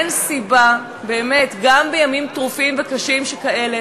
אין סיבה, באמת, גם בימים טרופים וקשים שכאלה.